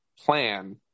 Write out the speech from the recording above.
plan